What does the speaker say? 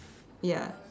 ya